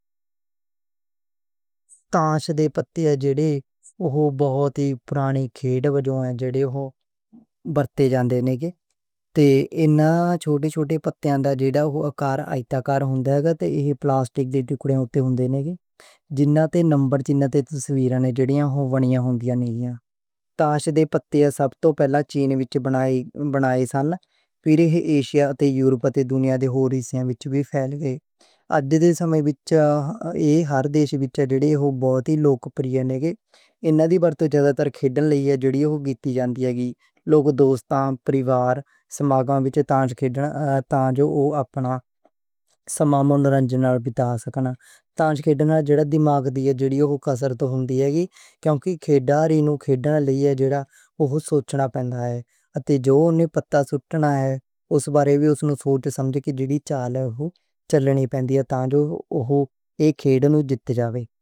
تاش دے پتے جےڑے بہت ہی پرانی کھیل ورتے جاندے نے۔ تے انہناں چھوٹے چھوٹے پتیاں دا جو اکار آئتاکار ہوندا اے تے ایہ پلاسٹک دے ٹکڑے اُتے ہونदे نے۔ جنہاں تے نمبر توں لے کے تصویراں ہوندیاں نیں۔ تاش دے پتے سب توں پہلاں چین وچ بنے سن، پھر ایشیا تے یورپا تے دنیا دے ہور حصے وچ وی پھیل گئے۔ اج دے سمے وچ ایہ ہر دیش وچ بہت ہی لوک پریہ نیں۔ انہناں دی ورتوں زیادہ تر کھیلن لئی اے، جیڑیاں گِنی جان دیاں نیں۔ لوک دوستاں تے پریوار سماگماں وچ تاش کھیل کے تاں جو اوہ اپنا سمہ من رنجناں بِتا سکدے نیں۔ تاش کھیلن نال دماغ تے اثر ہوندا اے۔ کیونکہ کھلاڑی نوں حکمتِ عملی لئی ایہ وی سوچنا پیندا اے۔ تے جو اُنہوں نوں پتہ سوچنا اے، اس بارے وی سوچ سمجھ کے چال اوہی چلنی پوندی اے تاں جو اوہ اک کھیل نوں جت سکّن۔